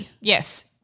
Yes